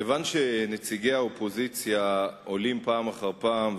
מכיוון שנציגי האופוזיציה עולים פעם אחר פעם,